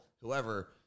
whoever